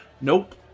nope